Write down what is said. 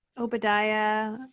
Obadiah